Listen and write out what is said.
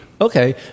Okay